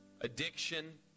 Addiction